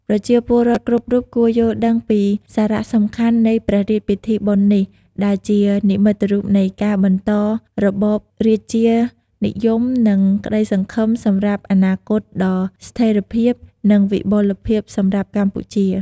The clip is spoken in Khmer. ប្រជាពលរដ្ឋ គ្រប់រូប គួរយល់ដឹង ពី សារៈសំខាន់ នៃ ព្រះរាជពិធីបុណ្យនេះ ដែលជានិមិត្តរូបនៃការបន្តរបបរាជានិយម និង ក្តីសង្ឃឹម សម្រាប់ អនាគតដ៏ស្ថេរភាព និង វិបុលភាព សម្រាប់កម្ពុជា។